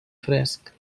fresc